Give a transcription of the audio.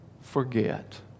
forget